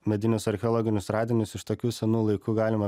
medinius archeologinius radinius iš tokių senų laikų galima